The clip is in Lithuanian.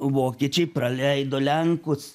vokiečiai praleido lenkus